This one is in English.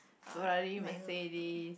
Ferrari Mercedes